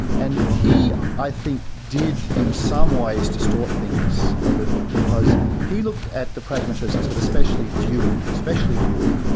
and he, i think, did, in some ways, distort things a little, because he looked at the pragmatists, but especially dewey, especially dewey,